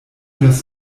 das